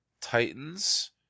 Titans